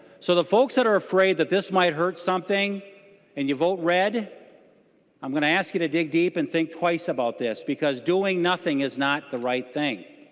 so the folks that are afraid this might hurt something and you vote red i'm going to ask you to dig deep and think twice about this because doing nothing is not the right thing.